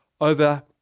over